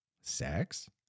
Sex